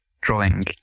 drawing